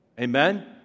Amen